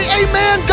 amen